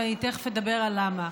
ותכף אגיד למה.